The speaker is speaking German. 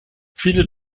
viele